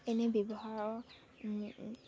এনেই ব্যৱহাৰৰ